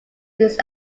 these